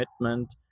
commitment